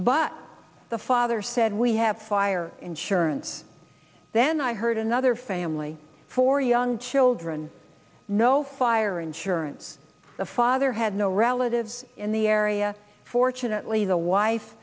but the father said we have fire insurance then i heard another family for young children no fire insurance the father had no relatives in the area fortunately the wife